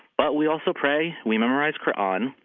but we also pray, we memorize qur'an,